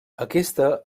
aquesta